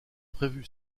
prévu